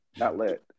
outlet